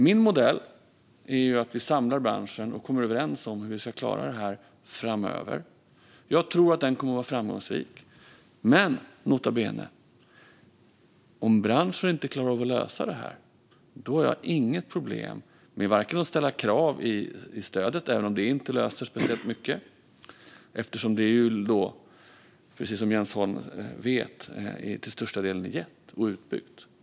Min modell är att vi samlar branschen och kommer överens om hur vi ska klara detta framöver. Jag tror att den kommer att vara framgångsrik. Men nota bene: Om branschen inte klarar av att lösa detta har jag inget problem med att ställa krav i samband med stödet, även om det kanske inte löser så mycket eftersom stödet till största delen, vilket Jens Holm vet, redan är utbetalt och använt för utbyggnaden.